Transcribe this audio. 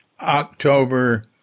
October